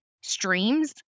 streams